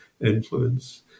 influence